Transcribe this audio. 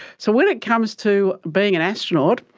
so when it comes to being an astronaut,